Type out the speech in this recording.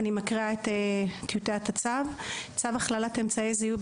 אני מקריאה את טיוטת הצו: צו הכללת אמצעי זיהוי